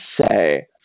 say